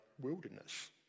wilderness